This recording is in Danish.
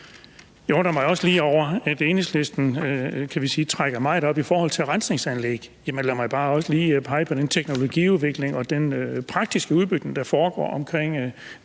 Jeg undrer mig også over, at Enhedslisten trækker det meget op i forhold til rensningsanlæg, så lad mig også bare lige pege på den teknologiudvikling og den praktiske udbygning, der foregår omkring